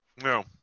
No